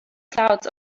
clouds